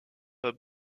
pas